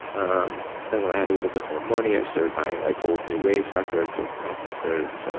um then when i had a little bit more money, i started buying like old new wave records or punk records.